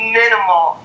minimal